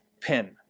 pin